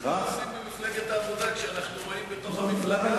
מה עושים במפלגת העבודה כשאנחנו רואים בתוך המפלגה,